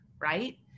Right